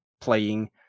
playing